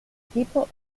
tipo